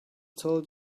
told